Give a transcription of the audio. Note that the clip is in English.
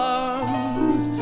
arms